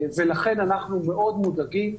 לכן אנחנו מאוד מודאגים,